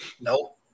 Nope